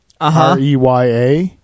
R-E-Y-A